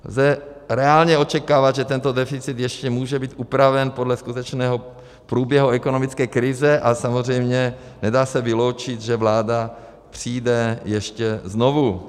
Lze reálně očekávat, že tento deficit ještě může být upraven podle skutečného průběhu ekonomické krize, a samozřejmě se nedá vyloučit, že vláda přijde ještě znovu.